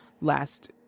last